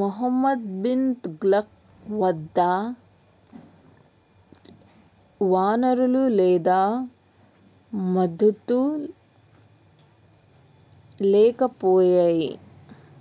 ముహమ్మద్ బిన్ తుగ్లక్ వద్ద వనరులు లేదా మద్దతు లేకపోయాయి